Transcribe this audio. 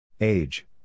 Age